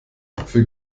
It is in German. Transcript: für